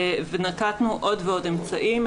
ונקטנו עוד ועוד אמצעים.